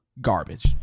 garbage